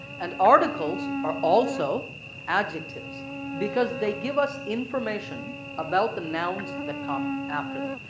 and articles are also adjectives because they give us information about the nouns that come after them.